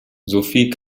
sophie